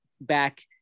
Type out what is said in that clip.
back